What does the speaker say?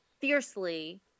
fiercely